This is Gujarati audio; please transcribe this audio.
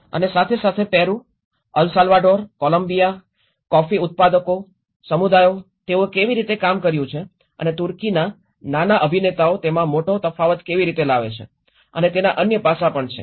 અને સાથે સાથે Peru El Salvador Colombia coffee ઉત્પાદકો સમુદાયો તેઓએ કેવી રીતે કામ કર્યું છે અને તુર્કીમાં નાના અભિનેતાઓ તેમાં મોટો તફાવત કેવી રીતે લાવે છે તેના અન્ય પાસાં પણ છે